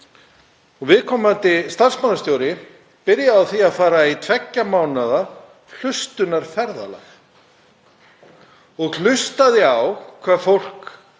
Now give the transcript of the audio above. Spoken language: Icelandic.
Viðkomandi starfsmannastjóri byrjaði á því að fara í tveggja mánaða hlustunarferðalag og hlustaði á fólk,